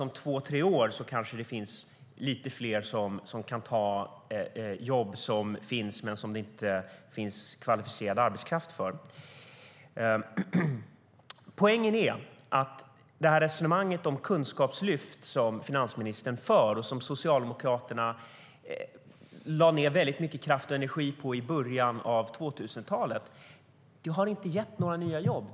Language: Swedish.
Om två tre år finns det då kanske lite fler som kan ta de jobb som finns men som det inte finns kvalificerad arbetskraft till. Poängen är att det kunskapslyft som finansministern resonerar om och som Socialdemokraterna lade ned väldigt mycket kraft och energi på i början av 2000-talet inte har gett några nya jobb.